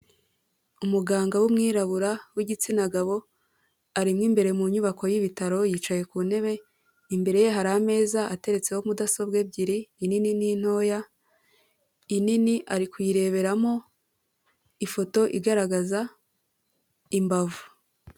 Umuganga w'umwirabura w'igitsina gabo arimo imbere mu nyubako y'ibitaro yicaye ku ntebe, imbere ye hari ameza atetseho mudasobwa ebyiri inini n'intoya, inini ari kuyireberamo ifoto igaragaza imbavu.